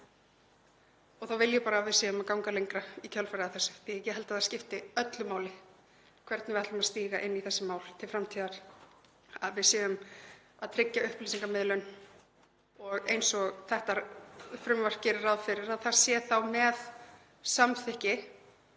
en þá vil ég bara að við séum að ganga lengra í kjölfarið á þessu því að ég held að það skipti öllu máli hvernig við ætlum að stíga inn í þessi mál til framtíðar, að við séum að tryggja upplýsingamiðlun og, eins og þetta frumvarp gerir ráð fyrir, að það sé þá með samþykki